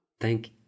thank